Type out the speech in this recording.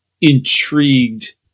intrigued